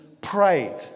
prayed